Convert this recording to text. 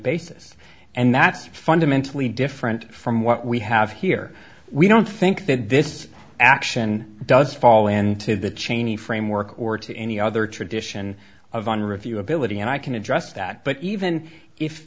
basis and that's fundamentally different from what we have here we don't think that this action does fall into the cheney framework or to any other tradition of an review ability and i can address that but even if